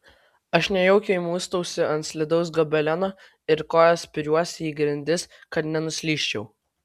aš nejaukiai muistausi ant slidaus gobeleno ir koja spiriuosi į grindis kad nenuslysčiau